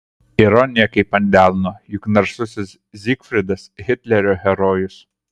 ironija kaip ant delno juk narsusis zygfridas hitlerio herojus